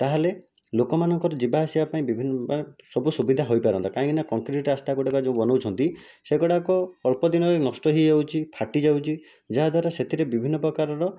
ତା'ହେଲେ ଲୋକମାନଙ୍କର ଯିବା ଆସିବା ପାଇଁ ବିଭିନ୍ନ ବା ସବୁ ସୁବିଧା ହୋଇପାରନ୍ତା କାହିଁକି ନା କଂକ୍ରିଟ ରାସ୍ତା ଗୁଡ଼ାକ ଯେଉଁ ବନାଉଛନ୍ତି ସେଗୁଡ଼ାକ ଅଳ୍ପ ଦିନରେ ନଷ୍ଟ ହୋଇଯାଉଛି ଫାଟି ଯାଉଛି ଯାହାଦ୍ୱାରା ସେଥିରେ ବିଭିନ୍ନ ପ୍ରକାରର